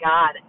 God